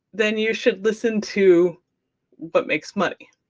then you should listen to what makes money.